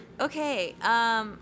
Okay